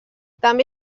també